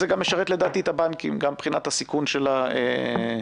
זה גם משרת את הבנקים מבחינת הסיכון של הבנקים.